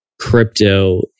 crypto